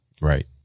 Right